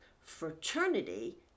fraternity